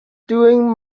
doing